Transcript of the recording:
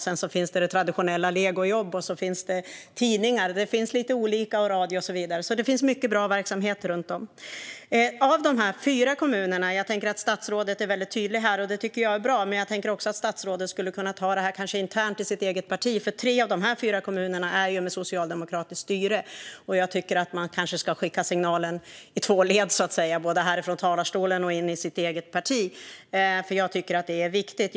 Sedan finns det traditionella legojobb, och så finns det tidningar, radio och så vidare. Det finns mycket bra verksamheter runt om. Statsrådet är väldigt tydlig, och det tycker jag är bra. Men jag tycker också att statsrådet kanske skulle kunna ta detta internt i sitt eget parti. Av dessa fyra kommuner har nämligen tre socialdemokratiskt styre. Jag tycker att man kanske ska skicka signalen i två led, så att säga, både härifrån talarstolen och in i sitt eget parti. Det är viktigt.